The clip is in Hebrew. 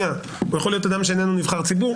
הוא יכול להיות אדם שאיננו נבחר ציבור.